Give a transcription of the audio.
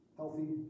healthy